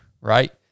right